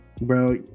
Bro